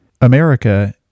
America